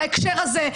בהקשר הזה,